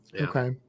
Okay